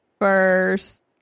first